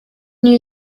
new